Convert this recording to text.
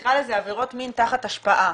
נקרא לזה עבירות מין תחת השפעה,